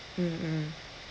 mm mm